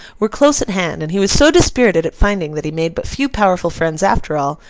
were close at hand and he was so dispirited at finding that he made but few powerful friends after all,